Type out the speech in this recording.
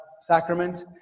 sacrament